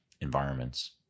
environments